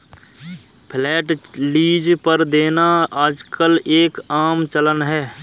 flat lease पर देना आजकल एक आम चलन है